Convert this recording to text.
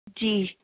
جی